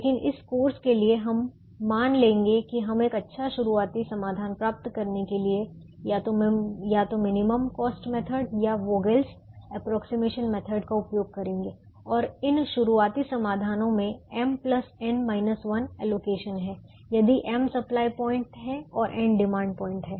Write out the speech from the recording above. लेकिन इस कोर्स के लिए हम मान लेंगे कि हम एक अच्छा शुरुआती समाधान प्राप्त करने के लिए या तो मिनिमम कॉस्ट मेथड या Vogel's approximation method Vogels approximation method का उपयोग करेंगे और इन शुरुआती समाधानों में m n 1 एलोकेशन हैं यदि m सप्लाई प्वाइंट हैं और n डिमांड पॉइंट हैं